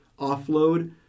offload